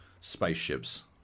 spaceships